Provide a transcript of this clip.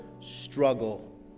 struggle